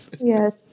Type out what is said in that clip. Yes